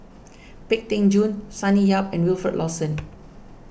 Pang Teck Joon Sonny Yap and Wilfed Lawson